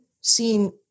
seen